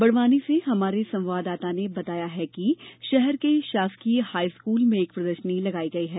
बड़वानी से हमारे संवाददाता ने बताया है कि शहर के शासकीय हाईस्कूल में एक प्रदर्षनी लगाई गई है